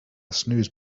snooze